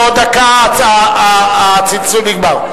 בעוד דקה הצלצול נגמר.